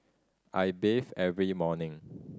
I bathe every morning